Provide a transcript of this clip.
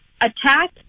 attack